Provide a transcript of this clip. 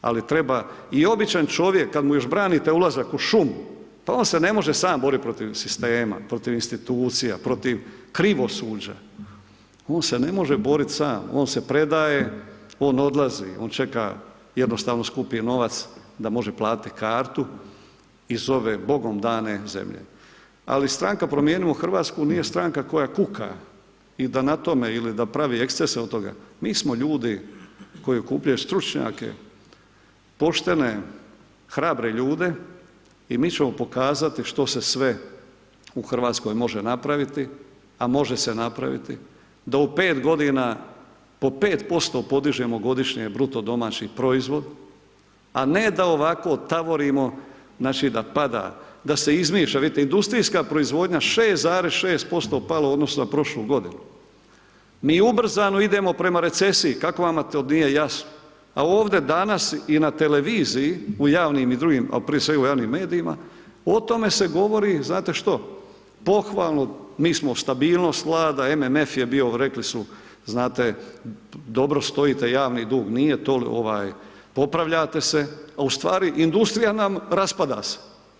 Ali treba i običan čovjek, kad mu još branite ulazak u šumu, pa on se ne može sam borit protiv sistema, protiv institucija, protiv krivosuđa, on se ne može borit sam, on se predaje, on odlazi, on čeka, jednostavno skupi novac da može platiti kartu i zove bogom dane zemlje, ali Stranka promijenimo Hrvatsku nije Stranka koja kuka, i da na tome, ili da pravi ekcese od toga, mi smo ljudi koji okupljaju stručnjake, poštene, hrabre ljude, i mi ćemo pokazati što se sve u Hrvatskoj može napraviti, a može se napraviti, da u pet godina po 5% podižemo godišnje bruto domaći proizvod, a ne da ovako tavorimo, znači, da pada, da se izmišlja, vidite industrijska proizvodnja 6,6% palo u odnosu na prošlu godinu, mi ubrzano idemo prema recesiji, kako vama to nije jasno, a ovdje danas i na televiziji u javnim i drugim, al' prije svega u javnim medijima, o tome se govori znate što?, pohvalno, mi smo, stabilnost vlada, MMF je bio, rekli znate dobro stojite, javni dug nije toliko, ovaj, popravljate se, a u stvari industrija nam raspada se.